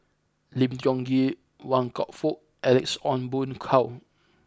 Lim Tiong Ghee Wan Kam Fook Alex Ong Boon Hau